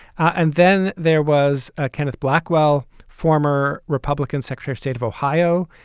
and then there was ah kenneth blackwell, former republican secretary, state of ohio,